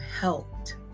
helped